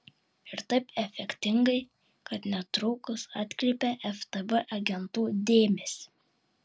ir taip efektingai kad netrukus atkreipia ftb agentų dėmesį